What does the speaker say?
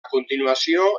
continuació